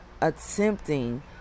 attempting